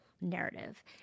narrative